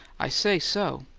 i say so!